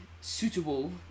suitable